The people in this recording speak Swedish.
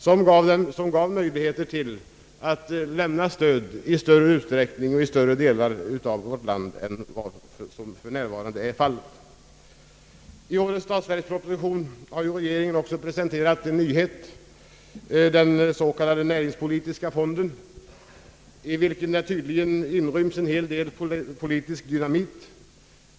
Det skulle kunna ge möjligheter till att lämna stöd i större utsträckning och i större delar av vårt land än vad som f. n. är fallet. I årets statsverksproposition har regeringen också presenterat en nyhet — den s.k. näringspolitiska fonden — i vilken det tydligen inryms en hel del politisk dynamit.